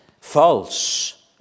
False